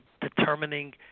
determining